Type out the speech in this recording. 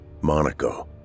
Monaco